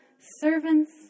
servants